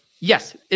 Yes